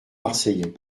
marseillais